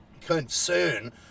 concern